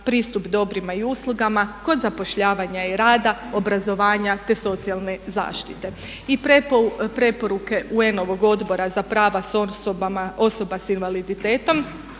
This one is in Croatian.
pristup dobrima i uslugama, kod zapošljavanja i rada, obrazovanja te socijalne zaštite. I preporuke UN-ovog Odbora za prava osoba s invaliditetom